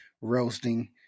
roasting